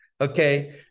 Okay